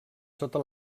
sota